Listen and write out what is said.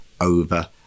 over